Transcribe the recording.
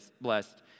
blessed